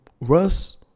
Russ